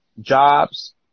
jobs